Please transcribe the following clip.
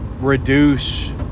reduce